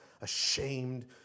ashamed